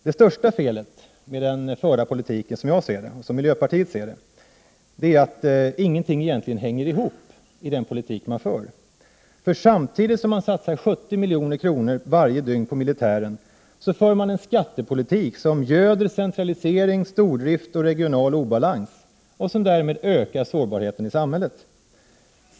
Det största felet med den förda politiken är, enligt miljöpartiets mening, att ingenting egentligen hänger ihop. Samtidigt som man varje dygn satsar 70 milj.kr. på militären, för man en skattepolitik som ”göder” centralisering, stordrift och regional obalans, med påföljd att sårbarheten i samhället ökar.